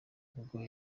ubwo